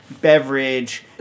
beverage